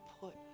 put